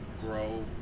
grow